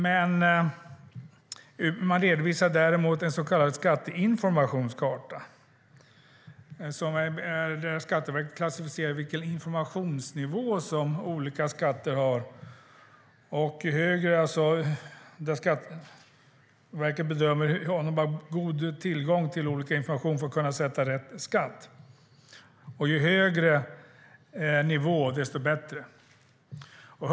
Däremot redovisar man en så kallad skatteinformationskarta, där Skatteverket klassificerar vilken informationsnivå som olika skatter har. Skatteverket bedömer om man har god tillgång till information för att kunna sätta rätt skatt. Ju högre nivå, desto bättre är det.